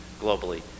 globally